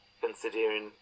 considering